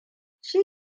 shi